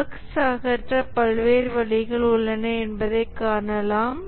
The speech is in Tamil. பஃக்ஸ் அகற்ற பல்வேறு வழிகள் உள்ளன என்பதைக் காணலாம்